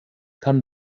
kann